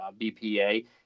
BPA